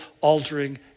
altering